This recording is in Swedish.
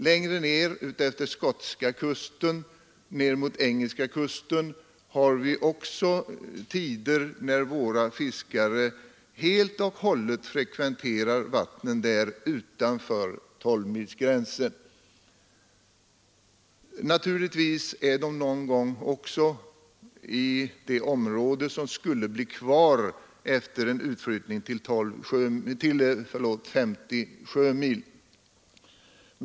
Längre ner, utefter skotska kusten och ner mot engelska kusten, förekommer det också att våra fiskare under vissa tider helt och hållet frekventerar vattnen utanför 12-milsgränsen. Naturligtvis är de någon gång också i det område som skulle bli kvar efter en utflyttning av gränsen till 50 sjömil.